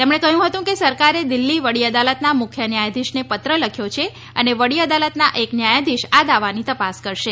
તેમણે કહ્યું હતું કે સરકારે દિલ્ફી વડી અદાલતના મુખ્ય ન્યાયાધીશને પત્ર લખ્યો છે અને વડી અદાલતનાં એક ન્યાયાધીશ આ દાવાની તપાસ કરશે